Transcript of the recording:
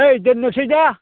ओइ दोननोसै दे